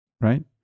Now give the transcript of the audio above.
right